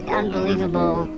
unbelievable